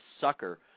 sucker